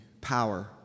power